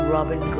Robin